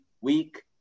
week